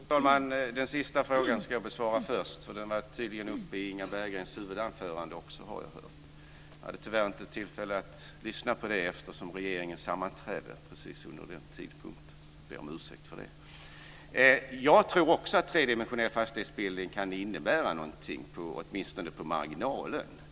Fru talman! Den sista frågan ska jag besvara först, eftersom jag har hört att den togs upp också i Inga Berggrens huvudanförande. Jag hade tyvärr inte tillfälle att lyssna på det, eftersom regeringen sammanträdde just vid den tidpunkten. Jag ber om ursäkt för det. Också jag tror att tredimensionell fastighetsbildning kan innebära något, åtminstone på marginalen.